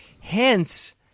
hence